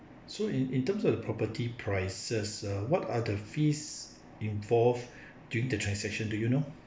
so in in terms of the property prices ah what are the fees involved during the transaction do you know